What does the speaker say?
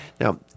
Now